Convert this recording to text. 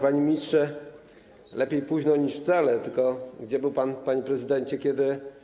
Panie ministrze, lepiej późno niż wcale, tylko gdzie był pan, panie prezydencie, kiedy.